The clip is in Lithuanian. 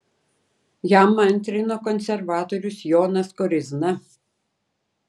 jam antrino konservatorius jonas koryzna